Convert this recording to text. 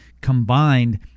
Combined